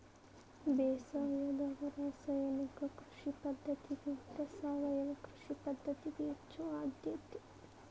ಬೇಸಾಯದಾಗ ರಾಸಾಯನಿಕ ಕೃಷಿ ಪದ್ಧತಿಗಿಂತ ಸಾವಯವ ಕೃಷಿ ಪದ್ಧತಿಗೆ ಹೆಚ್ಚು ಆದ್ಯತೆ